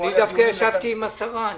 אני דווקא ישבתי עם השרה.